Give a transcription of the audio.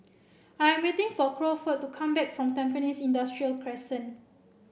I'm waiting for Crawford to come back from Tampines Industrial Crescent